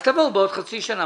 אז תבואו בעוד חצי שנה.